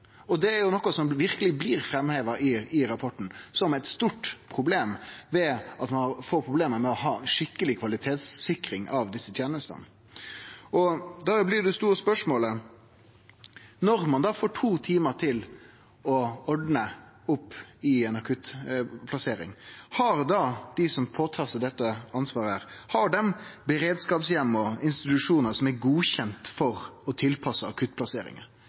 og det er noko som verkeleg blir framheva i rapporten som eit stort problem, ved at ein får problem med å ha ei skikkeleg kvalitetssikring av desse tenestene. Da blir det store spørsmålet: Når ein får to timar til å ordne opp i ei akuttplassering, har dei som tar på seg dette ansvaret, beredskapsheimar og institusjonar som er godkjende for og tilpassa akuttplasseringar?